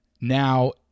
now